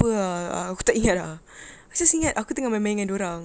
apa ah aku tak ingat ah aku ingat aku tengah main-main dengan dorang